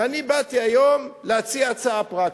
ואני באתי היום להציע הצעה פרקטית.